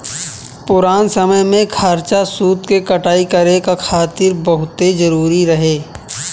पुरान समय में चरखा सूत के कटाई करे खातिर बहुते जरुरी रहे